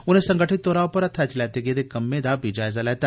उनें संगठित तौर पर हत्यै च लैते गेदे कम्में दा बी जायजा लैता